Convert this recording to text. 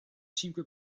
cinque